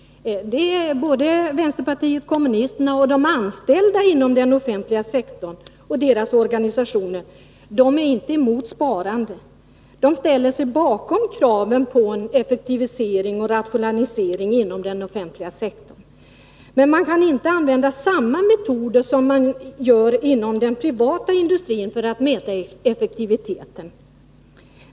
Det är både vpk och de anställda inom den offentliga sektorn och deras organisationer beredda att göra. De är inte emot sparandet. De ställer sig bakom kraven på en effektivisering och rationalisering inom den offentliga sektorn. Men man kan inte använda samma metoder som inom den privata industrin för att mäta effektiviteten.